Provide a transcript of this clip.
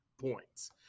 points